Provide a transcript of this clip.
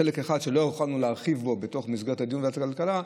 חלק אחד שלא יכולנו להרחיב בו בתוך מסגרת הדיון בוועדת הכלכלה,